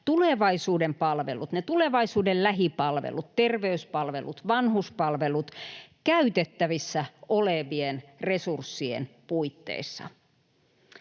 tulevaisuuden palvelut — ne tulevaisuuden lähipalvelut, terveyspalvelut, vanhuspalvelut — käytettävissä olevien resurssien puitteissa.